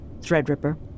Threadripper